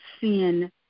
sin